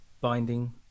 binding